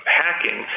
hacking